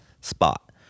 spot